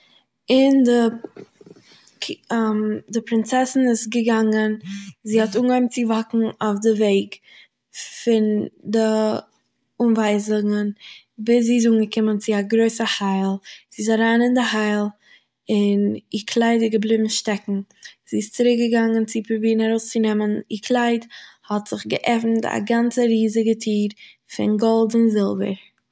און די א- די פרינצעסן איז געגאנגען, זי האט אנגעהויבן צו וואקן אויף די וועג, פון די אנווייזונגען ביז זי איז אנגעקומען צו א גרויסע הייל. זי איז אריין אין די הייל און איר קלייד איז געליבן שטעקן, זי איז צוריקגעגאנגען צו פרובירן ארויסצונעמען איר קלייד האט זיך געעפענט א גאנצע ריזיגע טיר פון גאלד און זילבער